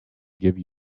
give